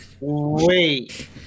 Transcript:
Wait